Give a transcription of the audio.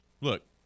look